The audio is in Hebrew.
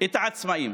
את העצמאים,